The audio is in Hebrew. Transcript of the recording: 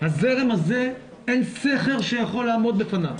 הזרם הזה, אין סכר שיכול לעמוד בפניו.